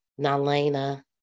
Nalena